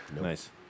Nice